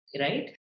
right